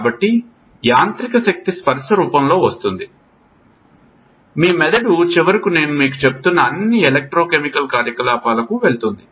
కాబట్టి యాంత్రిక శక్తి స్పర్శ రూపంలో వస్తుంది మీ మెదడు చివరకు నేను మీకు చెప్తున్న అన్ని ఎలక్ట్రోకెమికల్ కార్యకలాపాలకు వెళుతుంది